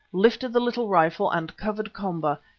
lifted the little rifle and covered komba,